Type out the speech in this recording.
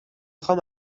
خوام